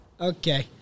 Okay